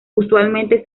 usualmente